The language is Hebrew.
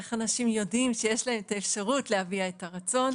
איך אנשים יודעים שיש להם את האפשרות להביע את הרצון,